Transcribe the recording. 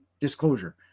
disclosure